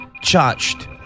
charged